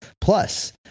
Plus